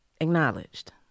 acknowledged